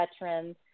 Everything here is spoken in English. Veterans